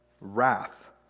wrath